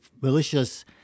malicious